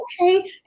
okay